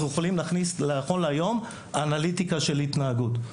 אנחנו יכולים להכניס אנליטיקה של התנהגות.